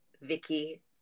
Vicky